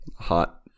hot